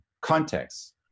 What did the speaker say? context